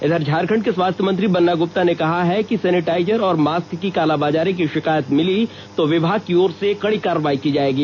इधर झारखंड के स्वास्थ्य मंत्री बन्ना गृप्ता ने कहा है कि शैनिटाइजर और मास्क की कालाबाजारी की शिकायत मिली तो विभाग की ओर से कार्रेवाई की जायेगी